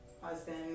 husband